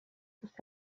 ist